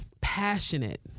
passionate